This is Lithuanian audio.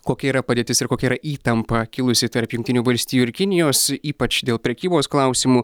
kokia yra padėtis ir kokia yra įtampa kilusi tarp jungtinių valstijų ir kinijos ypač dėl prekybos klausimų